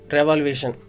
Revolution